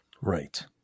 right